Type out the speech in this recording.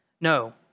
No